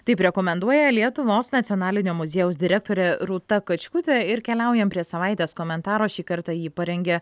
taip rekomenduoja lietuvos nacionalinio muziejaus direktorė rūta kačkutė ir keliaujam prie savaitės komentaro šį kartą jį parengė